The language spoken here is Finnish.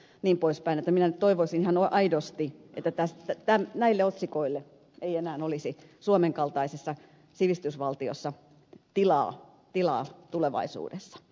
joten minä nyt toivoisin ihan aidosti että näille otsikoille ei enää olisi suomen kaltaisessa sivistysvaltiossa tilaa tulevaisuudessa